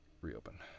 Reopen